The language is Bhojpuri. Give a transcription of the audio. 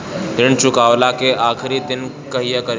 ऋण चुकव्ला के आखिरी दिन कहिया रही?